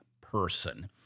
person